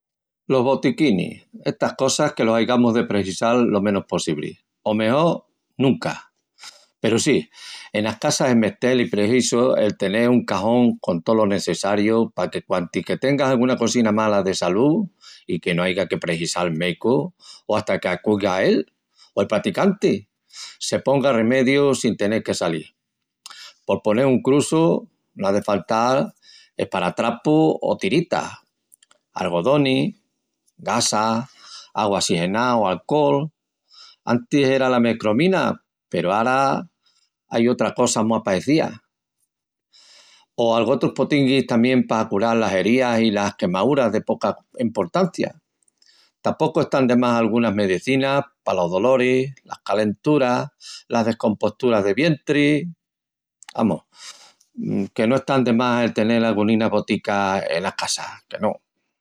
Botiquinis. Los botiquinis, que los aigamus de prehisal lo menus possibri, o mejol, nunca. Peru sí, enas casas es mestel i prehisu el tenel un cajón con tolo nesseçariu paque quantis que tengas alguna cosina mala de salú i que no aiga que prehisal méicu o hata que acuiga él o el praticanti, se pongan remedius sin tenel que salil. Pol ponel un clusu no á de faltal esparatrapu o tiritas, algodonis, gasas, agua sigená o alcol, antis era la mecromina, ara ai otra cosa mu apaecía, o algotrus potinguis pa cural las herías i las quemaúras de poca emportancia; i tapocu están de más algunas medecinas palos doloris, las calenturas, las descomposturas de vientri… No, no están de más tenel alguninas boticas enas casas.